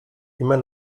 immer